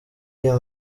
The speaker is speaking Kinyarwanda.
iyo